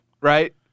right